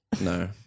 No